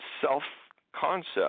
self-concept